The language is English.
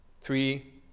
three